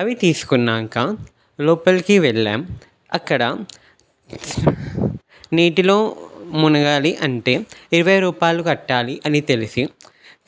అవి తీస్కున్నాకా లోపలికి వెళ్ళాం అక్కడ నీటిలో మునగాలి అంటే ఇరవై రూపాయలు కట్టాలి అని తెలిసి